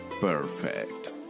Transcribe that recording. Perfect